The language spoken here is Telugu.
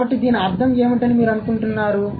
కాబట్టి దీని అర్థం ఏమిటి అని మీరు అనుకుంటున్నారు